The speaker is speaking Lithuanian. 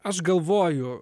aš galvoju